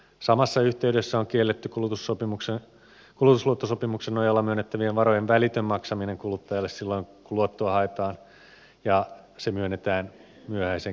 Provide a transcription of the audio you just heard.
samassa yhteydessä on kielletty kulutusluottosopimuksen nojalla myönnettävien varojen välitön maksaminen kuluttajalle silloin kun luottoa haetaan ja se myönnetään myöhäiseen kellonaikaan